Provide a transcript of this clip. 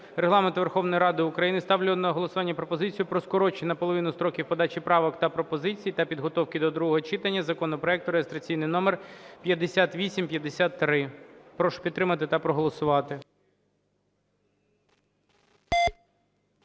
Регламенту Верховної Ради України ставлю на голосування пропозицію про скорочення наполовину строків подачі правок та пропозицій та підготовки до другого читання законопроекту (реєстраційний номер 5853). Прошу підтримати та проголосувати.